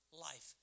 life